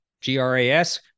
G-R-A-S